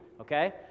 Okay